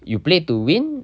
you play to win